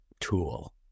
tool